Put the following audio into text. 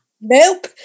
Nope